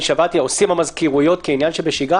ושמעתי מה עושים במזכירויות בעניין שבשגרה